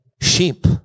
sheep